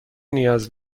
نیاز